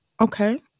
Okay